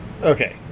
Okay